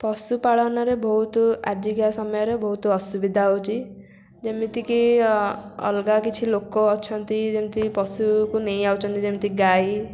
ପଶୁପାଳନରେ ବହୁତ ଆଜିକା ସମୟରେ ବହୁତ ଅସୁବିଧା ହେଉଛି ଯେମିତିକି ଅଲଗା କିଛି ଲୋକ ଅଛନ୍ତି ଯେମିତି ପଶୁକୁ ନେଇଯାଉଛନ୍ତି ଯେମିତି ଗାଈ